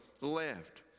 left